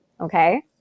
Okay